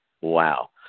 Wow